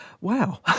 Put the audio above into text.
wow